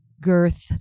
girth